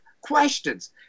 questions